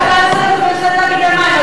זו הצעה לסדר בנושא תאגידי מים,